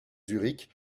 zurich